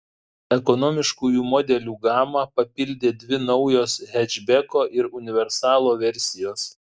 ekonomiškųjų modelių gamą papildė dvi naujos hečbeko ir universalo versijos